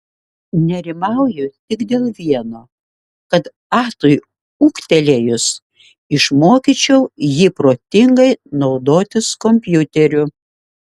nerimauju tik dėl vieno kad atui ūgtelėjus išmokyčiau jį protingai naudotis kompiuteriu